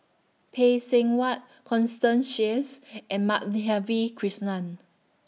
Phay Seng Whatt Constance Sheares and Madhavi Krishnan